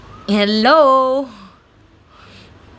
hello